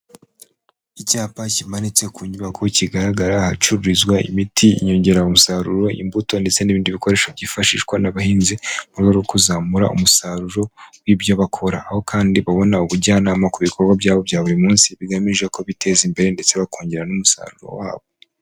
Icyapa kimanitse ku nyubako kigaragara ahacururizwa imiti, inyongeramusaruro, imbuto ndetse n'ibindi bikoresho byifashishwa n'abahinzi mu rwego rwo kuzamura umusaruro w'ibyo bakora, aho kandi babona ubujyanama ku bikorwa byabo bya buri munsi bigamije ko biteza imbere ndetse bakongera n'umusaruro wabo.